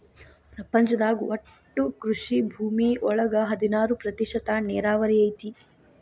ಪ್ರಪಂಚದಾಗ ಒಟ್ಟು ಕೃಷಿ ಭೂಮಿ ಒಳಗ ಹದನಾರ ಪ್ರತಿಶತಾ ನೇರಾವರಿ ಐತಿ